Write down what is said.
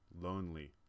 lonely